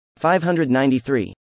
593